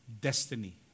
destiny